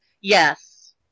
Yes